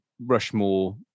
Rushmore